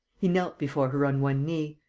he knelt before her on one knee.